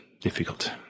difficult